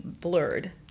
blurred